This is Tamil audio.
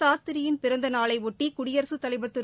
சாஸ்திரியின் பிறந்த நாளையொட்டி குடியரசுத் தலைவா் திரு